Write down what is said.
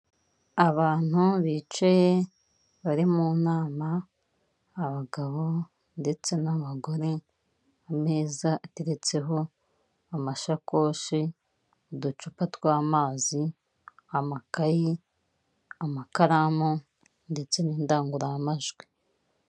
Abantu bicaye bari mu nama, abagabo ndetse n'abagore, ameza ateretseho amashakoshi, uducupa tw'amazi, amakayi, amakaramu, ndetse n'indangururamajwi.